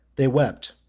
they wept,